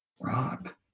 rock